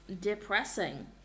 depressing